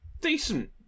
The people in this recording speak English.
Decent